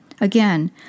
Again